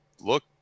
look